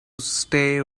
stay